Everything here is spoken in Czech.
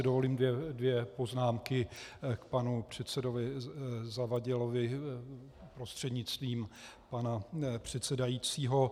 Dovolím si dvě poznámky k panu předsedovi Zavadilovi prostřednictvím pana předsedajícího.